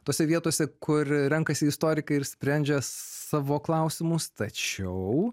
tose vietose kur renkasi istorikai ir sprendžia savo klausimus tačiau